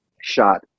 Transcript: shot